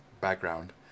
background